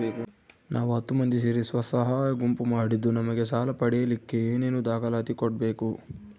ನಾವು ಹತ್ತು ಮಂದಿ ಸೇರಿ ಸ್ವಸಹಾಯ ಗುಂಪು ಮಾಡಿದ್ದೂ ನಮಗೆ ಸಾಲ ಪಡೇಲಿಕ್ಕ ಏನೇನು ದಾಖಲಾತಿ ಕೊಡ್ಬೇಕು?